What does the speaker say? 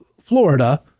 Florida